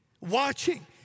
watching